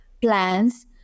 plans